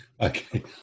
Okay